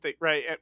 right